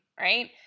right